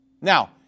Now